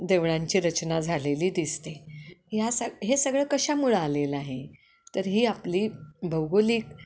देवळांची रचना झालेली दिसते ह्या सग हे सगळं कशामुळं आलेलं आहे तर ही आपली भौगोलिक